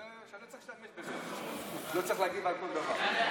לא צריך להשתמש בזה, לא צריך להגיב על כל דבר.